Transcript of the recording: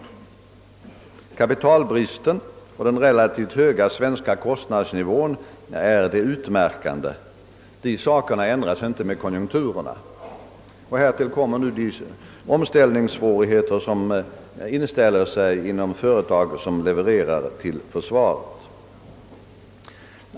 Kapitalbristen och den rela tivt höga svenska kostnadsnivån är det utmärkande. De förhållandena ändras inte med konjunkturerna. Härtill kommer nu de omställningssvårigheter som inställer sig inom de företag som levererar till försvaret.